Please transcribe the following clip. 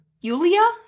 Yulia